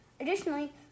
Additionally